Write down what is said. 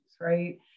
right